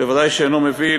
ודאי שאינו מביא,